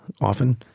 often